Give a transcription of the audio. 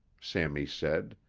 sammy said,